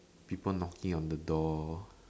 people knocking on the door